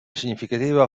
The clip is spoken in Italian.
significativa